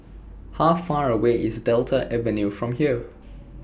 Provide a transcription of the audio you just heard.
How Far away IS Delta Avenue from here